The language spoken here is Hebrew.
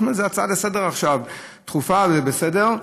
אנחנו בהצעה לסדר-היום עכשיו, דחופה, זה בסדר.